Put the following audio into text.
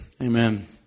Amen